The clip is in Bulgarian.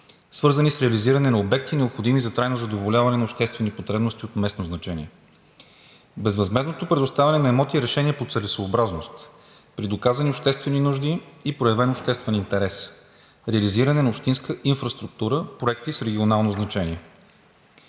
свързани с реализиране на обекти, необходими за трайно задоволяване на обществени потребности от местно значение. Безвъзмездното предоставяне на имоти е решение по целесъобразност при доказани обществени нужди и проявен обществен интерес, реализиране на общинска инфраструктура, проекти с регионално значение.